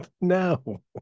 No